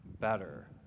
better